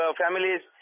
families